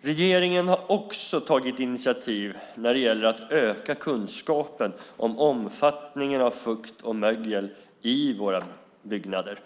Regeringen har också tagit initiativ när det gäller att öka kunskapen om omfattningen av fukt och mögel i våra byggnader.